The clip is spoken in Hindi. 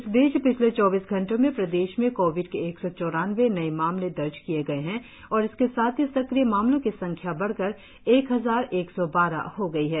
इस बीच पिछले चौबीस घंटों में प्रदेश में कोविड के एक सौ चौरानवें नए मामले दर्ज किए गए है और इसके साथ ही सक्रिय मामलों की संख्या बढकर एक हजार एक सौ बारह हो गई है